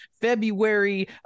February